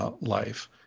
life